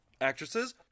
actresses